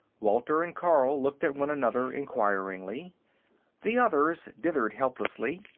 walter and carl looked at one another inquiringly the others dithered helplessly.